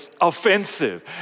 offensive